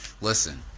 Listen